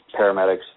paramedics